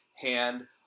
hand